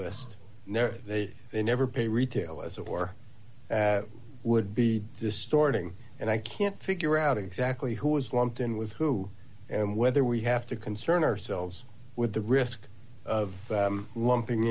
list they never pay retail as a war would be distorting and i can't figure out exactly who is lumped in with who and whether we have to concern ourselves with the risk of lumping